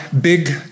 big